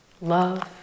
love